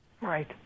Right